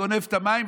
גונב את המים,